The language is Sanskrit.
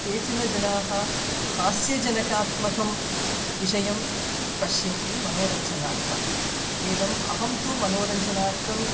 केचनजनाः हास्य जनकात्मकं विषयं पश्यन्ति मनोरञ्जनार्थम् एवम् अहं तु मनोरञ्जनार्थम्